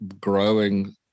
growing